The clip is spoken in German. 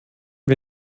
wir